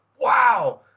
Wow